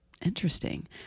Interesting